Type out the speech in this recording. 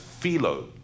Philo